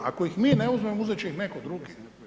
Ako ih mi ne uzmemo, uzeti će ih netko drugi.